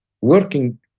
working